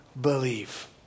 believe